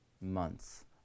months